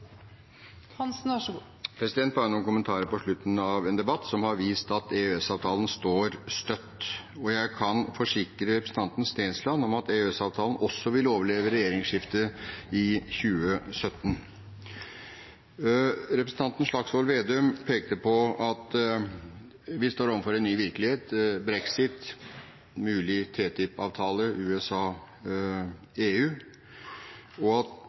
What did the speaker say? Bare noen kommentarer på slutten av en debatt som har vist at EØS-avtalen står støtt. Og jeg kan forsikre representanten Stensland om at EØS-avtalen også vil overleve regjeringsskiftet i 2017. Representanten Slagsvold Vedum pekte på at vi står overfor en ny virkelighet – brexit, en mulig TTIP-avtale USA–EU – og at